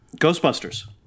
Ghostbusters